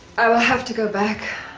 i will have to go back.